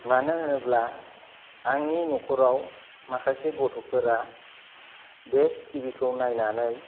मानो होनोब्ला आंनि न'खराव माखासे गथ'फोरा बे टिभि खौ नायनानै